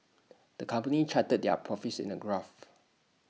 the company charted their profits in A graph